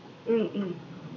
mm mm